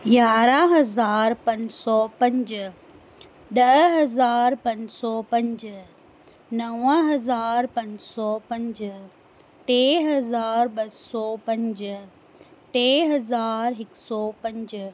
यारहं हज़ार पंज सौ पंज ॾह हज़ार पंज सौ पंज नव हज़ार पंज सौ पंज टे हज़ार ॿ सौ पंज टे हज़ार हिक सौ पंज